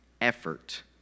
effort